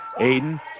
Aiden